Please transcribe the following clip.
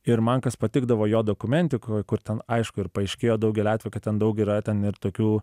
ir man kas patikdavo jo dokumentikoj kur ten aišku ir paaiškėjo daugeliu atvejų kad ten daug ten ir tokių